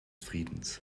friedens